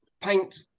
paint